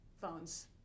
phones